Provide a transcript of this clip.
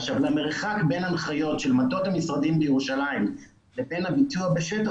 אבל המרחק בין הנחיות של מטות המשרדים בירושלים לבין הביצוע בשטח,